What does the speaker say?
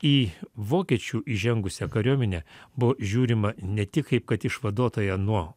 į vokiečių įžengusią kariuomenę buvo žiūrima ne tik kaip kad išvaduotoją nuo